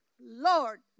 Lord